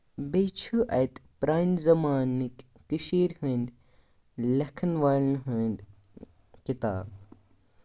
بیٚیہِ چھُ اَتہِ پرٛانہِ زَمانٕکۍ کٔشیٖر ہٕنٛدۍ لیکھَن والٮ۪ن ہٕنٛدۍ کِتاب